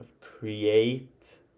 create